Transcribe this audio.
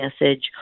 message